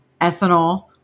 ethanol